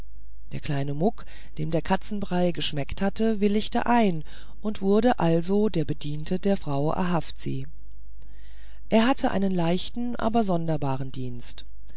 der kleine muck dem der katzenbrei geschmeckt hatte willigte ein und wurde also der bediente der frau ahavzi er hatte einen leichten aber sonderbaren dienst